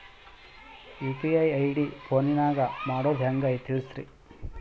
UPI ID ಫೋನಿನಾಗ ಮಾಡೋದು ಹೆಂಗ ತಿಳಿಸ್ರಿ?